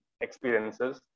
experiences